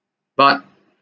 but